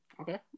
Okay